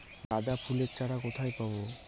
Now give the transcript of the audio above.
গাঁদা ফুলের চারা কোথায় পাবো?